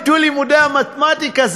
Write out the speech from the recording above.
ביטול לימודי המתמטיקה,